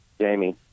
Jamie